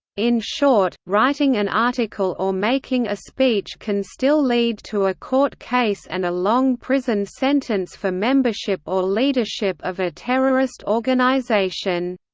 in short, writing an article or making a speech can still lead to a court case and a long prison sentence for membership or leadership of a terrorist organisation.